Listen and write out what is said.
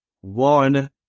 one